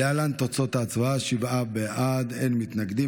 להלן תוצאות ההצבעה: שבעה בעד, אין מתנגדים.